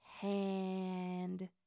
Hand